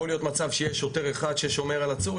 יכול להיות מצב שיש שוטר אחד ששומר על עצור.